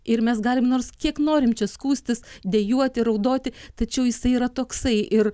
ir mes galim nors kiek norim čia skųstis dejuoti raudoti tačiau jisai yra toksai ir